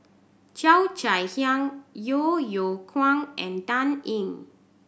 Cheo Chai Hiang Yeo Yeow Kwang and Dan Ying